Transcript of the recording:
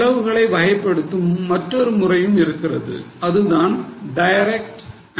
செலவுகளை வகைப்படுத்தும் மற்றொரு முறையும் இருக்கிறது அதுதான்direct and indirect